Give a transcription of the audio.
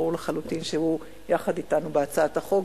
ברור לחלוטין שהוא יחד אתנו בהצעת החוק,